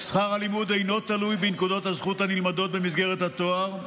שכר הלימוד אינו תלוי בנקודות הזכות הנלמדות במסגרת התואר,